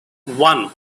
one